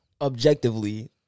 objectively